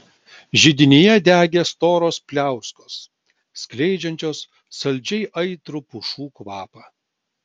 židinyje degė storos pliauskos skleidžiančios saldžiai aitrų pušų kvapą